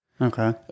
Okay